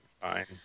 Fine